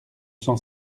cent